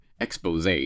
expose